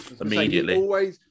immediately